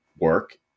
work